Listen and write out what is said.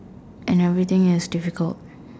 and everything is difficult